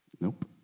Nope